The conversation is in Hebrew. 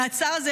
המעצר הזה,